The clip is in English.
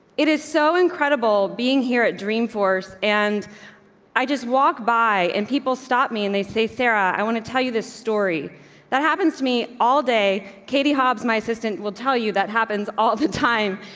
it is so incredible being here, a dream force. and i just walked by and people stop me and they say, sarah, i want to tell you this story that happens to me all day. katie hobbs, my assistant, will tell you that happens all the time.